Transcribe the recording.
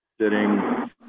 sitting